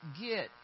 get